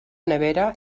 nevera